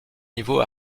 niveaux